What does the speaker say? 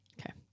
Okay